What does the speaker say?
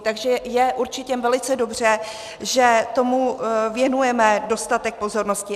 Takže je určitě velice dobře, že tomu věnujeme dostatek pozornosti.